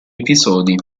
episodi